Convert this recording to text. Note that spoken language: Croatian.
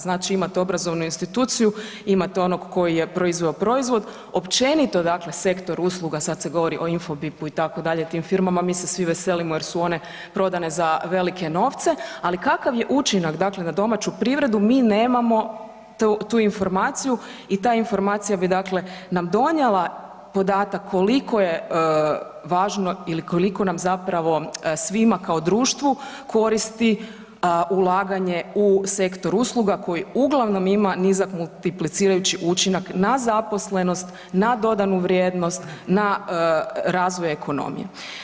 Znači imate obrazovnu instituciju, imate onog koji je proizveo proizvod, općenito dakle sektor usluga sad se govori o Infobipu itd. o tim firmama, mi se svi veselimo jer su one prodane za velike novce, ali kakav je učinak dakle na domaću privredu mi nemamo tu informaciju i ta informacija bi dakle nam donijela podatak koliko je važno ili koliko nam zapravo svima kao društvu koristi ulaganje u sektor usluga koji uglavnom ima nizak multiplicirajući učinak na zaposlenost, na dodanu vrijednost, na razvoj ekonomije.